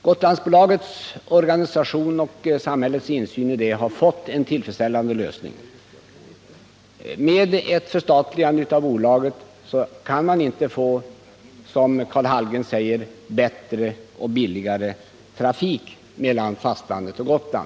'Gotlandsbolagets organisation och samhällets insyn i bolaget har, som jag anförde, fått en tillfredsställande lösning. Men enligt Karl Hallgren får man genom ett förstatligande en bättre och billigare trafik mellan fastlandet och Gotland.